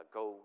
go